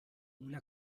una